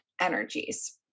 energies